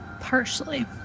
Partially